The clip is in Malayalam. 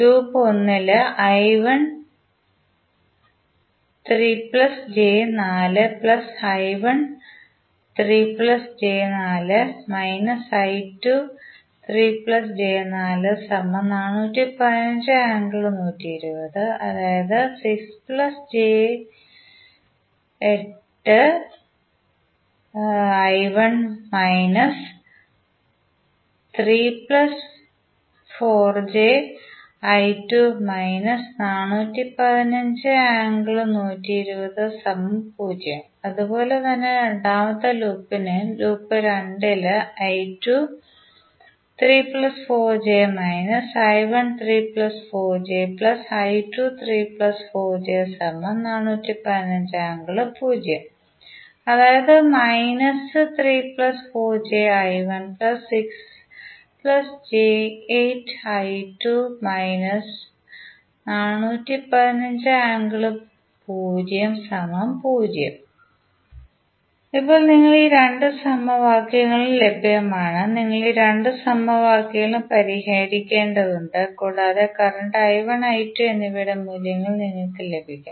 ലൂപ്പ് ഒന്നിൽ I13 j4 I13 j4 − I23 j4 415∠120◦ അതായത് 6 j8 I1 − 3 j4 I2 − 415∠120◦ 0 അതുപോലെ തന്നെ രണ്ടാമത്തെ ലൂപ്പിനും ലൂപ്പ് രണ്ടിൽ I23 j4 − I13 j4 I23 j4 415∠0◦ അതായത് −3 j4 I1 6 j8 I2 − 415∠0◦ 0 ഇപ്പോൾ നിങ്ങൾക്ക് രണ്ട് സമവാക്യങ്ങളും ലഭ്യമാണ് നിങ്ങൾ ഈ രണ്ട് സമവാക്യങ്ങളും പരിഹരിക്കേണ്ടതുണ്ട് കൂടാതെ കറന്റ് I1 I2 എന്നിവയുടെ മൂല്യങ്ങൾ നിങ്ങൾക്ക് ലഭിക്കും